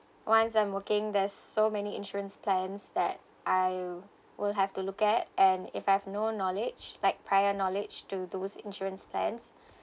once I'm working there's so many insurance plans that I will have to look at and if I have no knowledge like prior knowledge to those insurance plans